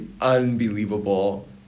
unbelievable